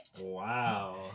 Wow